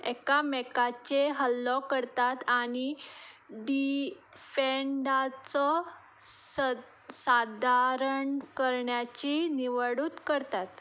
एकामेकाचे हल्लो करतात आनी डिफँडाचो स सादारण करण्याची निवडूत करतात